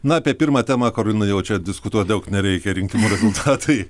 na apie pirmą temą karolina jau čia diskutuot daug nereikia rinkimų rezultatai